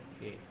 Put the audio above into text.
Okay